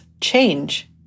change